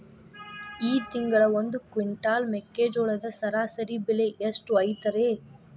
ಈ ತಿಂಗಳ ಒಂದು ಕ್ವಿಂಟಾಲ್ ಮೆಕ್ಕೆಜೋಳದ ಸರಾಸರಿ ಬೆಲೆ ಎಷ್ಟು ಐತರೇ?